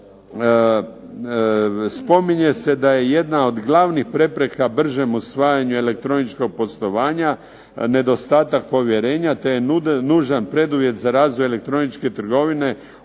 spominje se da je jedna od glavnih prepreka bržem usvajanju elektroničkog poslovanja nedostatak povjerenja, te je nužan preduvjet za razvoj elektroničke trgovine upravo